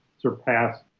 surpassed